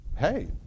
hey